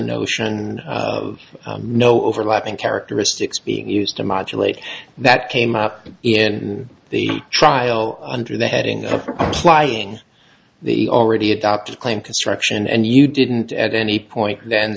notion of no overlapping characteristics being used to modulating that came up in the trial under the heading of applying the already adopted claim construction and you didn't at any point th